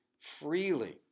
freely